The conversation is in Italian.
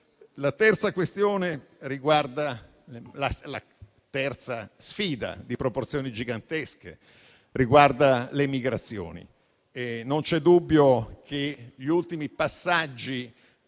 La terza sfida di proporzioni gigantesche riguarda le migrazioni. Non c'è dubbio che gli ultimi passaggi